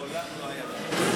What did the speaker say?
מעולם לא היה דבר כזה.